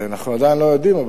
אנחנו עדיין לא יודעים,